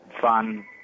fun